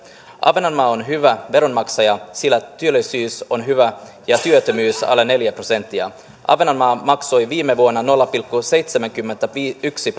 ahvenanmaa on hyvä veronmaksaja sillä työllisyys on hyvä ja työttömyys alle neljä prosenttia ahvenanmaa maksoi viime vuonna nolla pilkku seitsemänkymmentäyksi